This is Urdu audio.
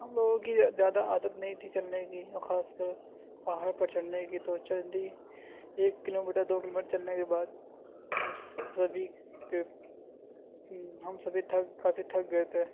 ہم لوگوں کی زیادہ عادت نہیں تھی چلنے کی اور خاص کر پہاڑ پر چڑھنے کی تو چل دی ایک کلو میٹر دو کلو میٹر چلنے کے بعد ہم سبھی کے ہم سبھی تھک کافی تھک گیے تھے